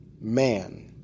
Man